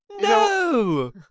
No